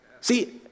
See